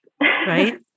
Right